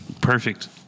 Perfect